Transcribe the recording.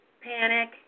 panic